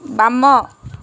ବାମ